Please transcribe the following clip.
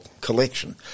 collection